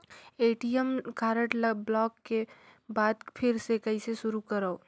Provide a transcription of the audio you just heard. ATM card ल block के बाद फिर ले कइसे शुरू करव?